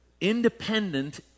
independent